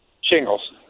Shingles